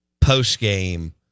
postgame